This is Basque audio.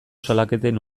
salaketen